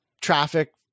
traffic